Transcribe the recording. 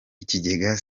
ikigega